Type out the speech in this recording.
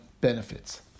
benefits